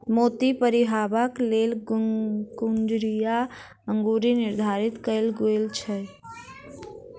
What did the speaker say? मोती पहिरबाक लेल कंगुरिया अंगुरी निर्धारित कयल गेल अछि